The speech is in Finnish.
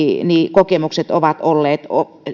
kokemukset ovat olleet